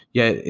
yeah,